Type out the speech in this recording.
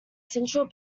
central